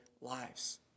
lives